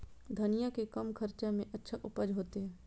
धनिया के कम खर्चा में अच्छा उपज होते?